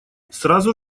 сразу